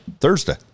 Thursday